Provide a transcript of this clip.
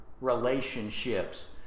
relationships